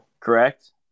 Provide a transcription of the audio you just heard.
Correct